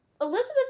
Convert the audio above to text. Elizabeth